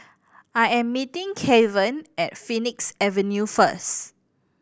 I am meeting Kavon at Phoenix Avenue first